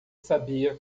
sabia